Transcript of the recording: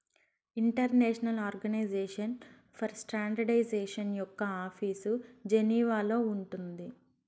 international organisation for standardisation యొక్క office జెనీవాలో ఉంది